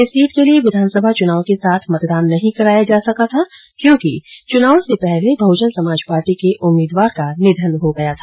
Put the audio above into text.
इस सीट के लिए विधानसभा चुनाव के साथ मतदान नहीं कराया जा सका था क्योंकि चुनाव से पहले बहजन समाज पार्टी के उम्मीदवार का निधन हो गया था